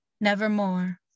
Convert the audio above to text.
nevermore